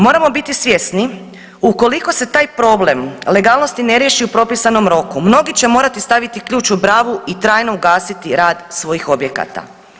Moramo biti svjesni ukoliko se taj problem legalnosti ne riješi u propisanom roku mnogi će morati staviti ključ u bravu i trajno ugasiti rad svojih objekata.